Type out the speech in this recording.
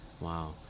wow